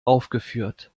aufgeführt